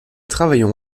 travaillons